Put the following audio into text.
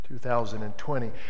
2020